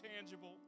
tangible